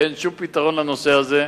אין שום פתרון לנושא הזה.